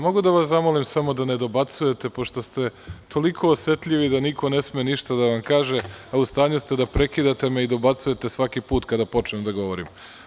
Mogu li da vas zamolim samo da ne dobacujete, pošto ste toliko osetljivi da niko ne sme ništa da vam kaže, a u stanju ste da me prekidate i dobacujete svaki put kada počnem da govorim.